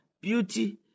beauty